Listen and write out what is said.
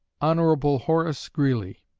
hon. horace greeley.